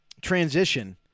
transition